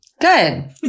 Good